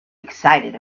excited